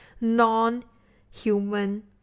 non-human